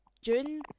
June